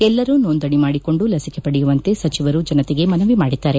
ಎಲ್ಲರೂ ನೋಂದಣಿ ಮಾಡಿಕೊಂಡು ಲಸಿಕೆ ಪಡೆಯುವಂತೆ ಸಚಿವರು ಜನತೆಗೆ ಮನವಿ ಮಾಡಿದ್ದಾರೆ